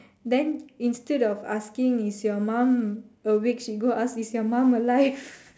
then instead of asking is your mum awake then she go ask is your mum alive